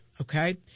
okay